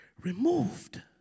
removed